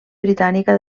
britànica